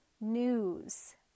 news